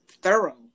thorough